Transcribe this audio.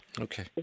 Okay